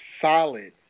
solid